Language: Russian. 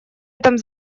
этом